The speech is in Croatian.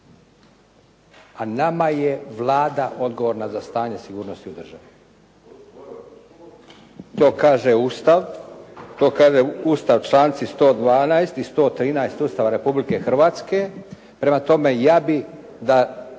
A nama je Vlada odgovorna za stanje sigurnosti u državi. To kaže Ustav, članci 112. i 113. Ustava Republike Hrvatske, prema tome ja bih da